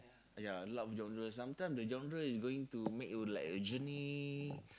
ya loud genre sometime the genre is going to make you like a journey